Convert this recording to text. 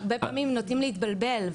הרבה פעמים נוטים להתבלבל,